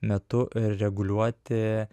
metu reguliuoti